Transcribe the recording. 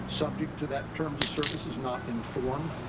subject to that terms of service is not informed.